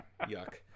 Yuck